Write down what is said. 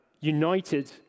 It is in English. united